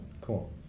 Cool